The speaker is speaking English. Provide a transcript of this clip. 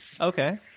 Okay